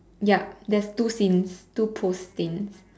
yup there's two scenes two post scenes